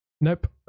Nope